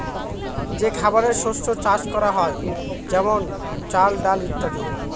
যে খাবারের শস্য চাষ করা হয় যেমন চাল, ডাল ইত্যাদি